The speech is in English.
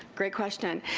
great question.